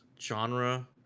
genre